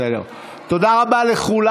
תודה רבה לכולם.